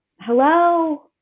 hello